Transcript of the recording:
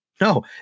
No